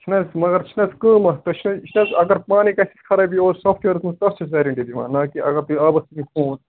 چھُنہٕ حظ مگر چھُنہٕ حظ کٲم اَتھ پٮ۪ٹھ یہِ چھِنہٕ حظ اگر پانَے گژھٮ۪س خرٲبی یا اوس سافٹ وِیرَس منٛز تَتھ چھِس أسۍ ویرنٹی دِوان نہَ کہِ اَگر تُہۍ آبَس ژھُنِو فون